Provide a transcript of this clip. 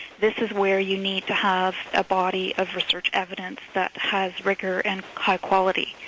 this is where you need to have a body of research evidence that has rigor and high quality.